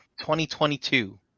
2022